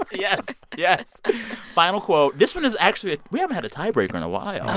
yes, yes final quote this one is actually we haven't had a tiebreaker in a while and